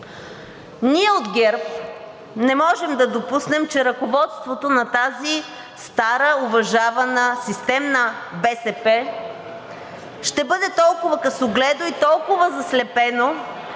Ние от ГЕРБ не можем да допуснем, че ръководството на тази стара уважавана системна БСП ще бъде толкова късогледо и толкова заслепено